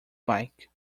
bike